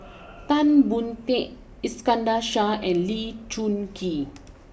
Tan Boon Teik Iskandar Shah and Lee Choon Kee